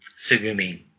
Sugumi